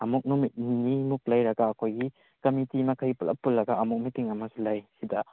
ꯑꯃꯨꯛ ꯅꯨꯃꯤꯠ ꯅꯤꯅꯤꯃꯨꯛ ꯂꯩꯔꯒ ꯑꯩꯈꯣꯏꯒꯤ ꯀꯝꯃꯤꯠꯇꯤ ꯃꯈꯩ ꯄꯨꯂꯞ ꯄꯨꯜꯂꯒ ꯑꯃꯨꯛ ꯃꯤꯇꯤꯡ ꯑꯃꯁꯨ ꯂꯩ ꯁꯤꯗ